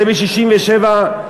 זה ב-1967,